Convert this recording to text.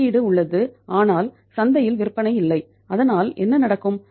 வெளியீடு உள்ளது ஆனால் சந்தையில் விற்பனை இல்லை அதனால் என்ன நடக்கும்